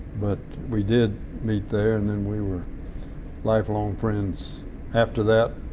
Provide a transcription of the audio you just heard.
but we did meet there and then we were lifelong friends after that.